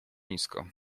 nisko